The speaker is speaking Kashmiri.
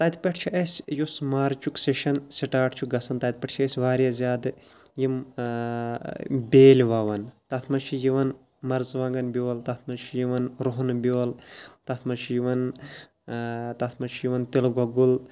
تَتہِ پٮ۪ٹھ چھِ اَسہِ یُس مارچُک سٮ۪شَن سٕٹاٹ چھُ گژھان تَتہِ پٮ۪ٹھ چھِ أسۍ واریاہ زیادٕ یِم بیٲلۍ وَوان تَتھ منٛز چھِ یِوان مَرژٕوانٛگَن بیول تَتھ منٛز چھِ یِوان رۄہنہٕ بیول تَتھ منٛز چھِ یِوان تَتھ منٛز چھِ یِوان تِلہٕ گۄگُل